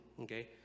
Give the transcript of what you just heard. okay